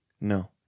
No